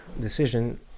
decision